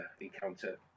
encounter